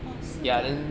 orh 四个啊